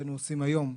חלקנו עושים היום,